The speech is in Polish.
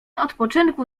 odpoczynku